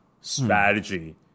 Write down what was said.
strategy